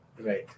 right